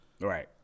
Right